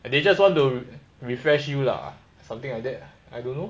and they just want to refresh you lah something like that I don't know